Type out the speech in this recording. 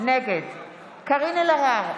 נגד קארין אלהרר,